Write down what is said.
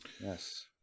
Yes